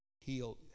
heal